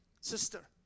sister